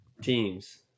teams